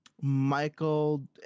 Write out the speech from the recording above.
Michael